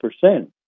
percent